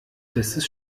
festes